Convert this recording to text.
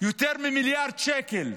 יותר ממיליארד שקל.